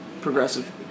progressive